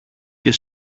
και